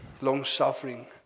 long-suffering